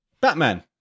Batman